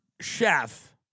chef